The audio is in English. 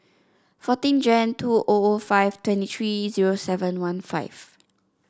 fourteen Jan two O O five twenty three zero seven one five